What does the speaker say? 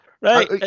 Right